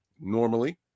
normally